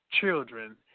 children